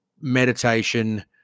meditation